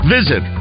Visit